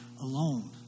alone